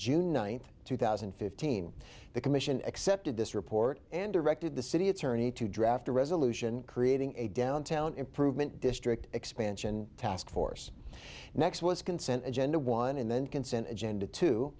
june ninth two thousand and fifteen the commission accepted this report and directed the city attorney to draft a resolution creating a downtown improvement district expansion task force next was consent agenda one and then consent agenda to